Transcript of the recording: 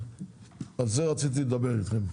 ועל זה רציתי לדבר איתכם,